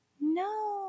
no